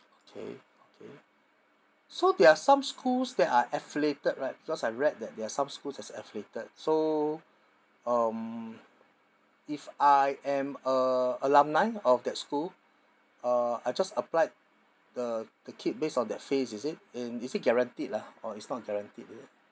okay okay so there are some schools that are affiliated right because I read that there're some schools as affiliated so um if I am a alumni of that school uh I just apply the the kid based on their phase is it and is it guaranteed lah or it's not guaranteed